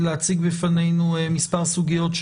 שיציג בפנינו מספר סוגיות.